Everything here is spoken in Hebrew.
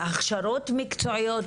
הכשרות מקצועיות,